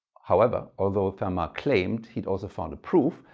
however, although fermat claimed he'd also found a proof,